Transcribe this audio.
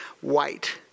white